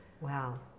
Wow